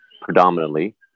predominantly